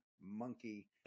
monkey